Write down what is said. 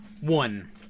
One